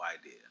idea